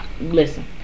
Listen